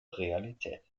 realität